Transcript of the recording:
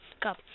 Cup